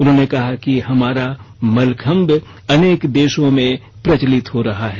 उन्होंने कहा कि हमारा मलखम्ब अनेक देशों में प्रचलित हो रहा है